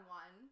one